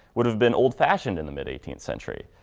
would have been old-fashioned in the mid eighteenth century.